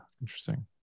Interesting